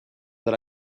that